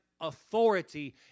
authority